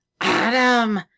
Adam